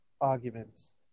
arguments